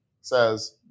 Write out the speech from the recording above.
says